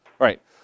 Right